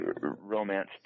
romance